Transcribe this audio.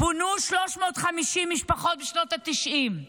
פונו 350 משפחות בשנות התשעים,